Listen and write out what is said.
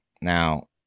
Now